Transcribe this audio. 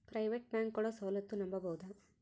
Private bank ಕೊಡೊ ಸೌಲತ್ತು ನಂಬಬೋದ?